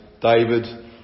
David